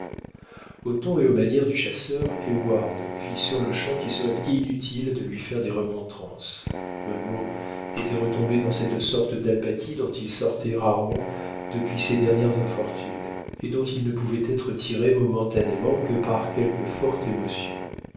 ton et aux manières du chasseur heyward vit sur-lechamp qu'il serait inutile de lui faire des remontrances munro était retombé dans cette sorte d'apathie dont il sortait rarement depuis ses dernières infortunes et dont il ne pouvait être tiré momentanément que par quelque forte émotion